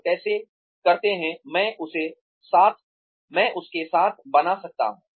तो कैसे करते हैं मैं उसके साथ बना रहता हूँ